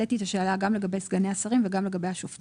העליתי את השאלה גם לגבי סגני השרים וגם לגבי השופטים,